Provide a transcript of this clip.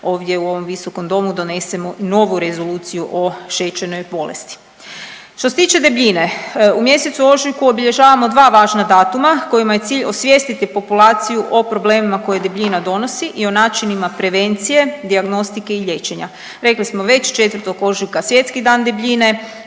ovdje u ovom visokom domu donesemo novu Rezoluciju o šećernoj bolesti. Što se tiče debljine u mjesecu ožujku obilježavamo dva važna datuma kojima je cilj osvijestiti populaciju o problemima koje debljina donosi i o načinima prevencije, dijagnostike i liječenja. Rekli smo već, 4. ožujka Svjetski dan debljine,